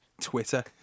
Twitter